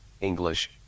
English